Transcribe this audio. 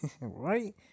Right